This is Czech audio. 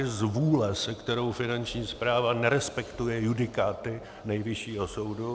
Zvůle, se kterou Finanční správa nerespektuje judikáty Nejvyššího soude.